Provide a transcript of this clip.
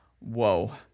whoa